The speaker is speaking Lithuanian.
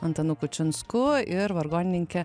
antanu kučinsku ir vargonininke